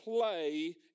play